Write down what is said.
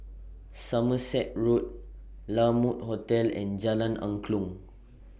Somerset Road La Mode Hotel and Jalan Angklong